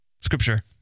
scripture